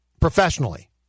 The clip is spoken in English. professionally –